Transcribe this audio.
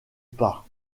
pas